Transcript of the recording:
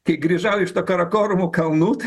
kai grįžau iš to karakorumų kalnų tai